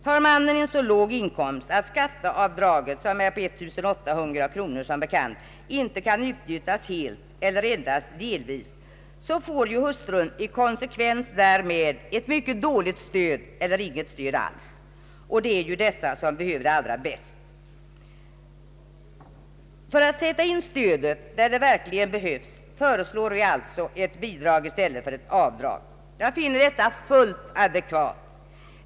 Har mannen en så låg inkomst att skatteavdraget, som är på 1800 kronor, inte kan utnyttjas helt eller endast delvis, får ju hustrun i konsekvens därmed ett mycket dåligt stöd eller inget stöd alls. Och hon behöver det ju allra bäst. För att sätta in stödet där det verkligen behövs föreslår vi alltså ett bidrag i stället för ett avdrag. Jag finner detta fullt adekvat.